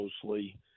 closely